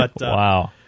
wow